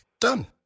Done